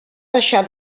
deixar